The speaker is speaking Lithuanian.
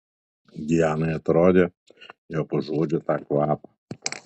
dianai atrodė jog užuodžia tą kvapą